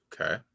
Okay